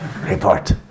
report